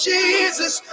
Jesus